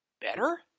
better